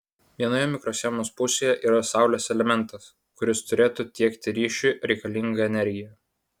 vienoje mikroschemos pusėje yra saulės elementas kuris turėtų tiekti ryšiui reikalingą energiją